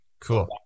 cool